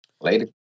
Later